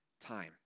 time